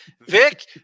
Vic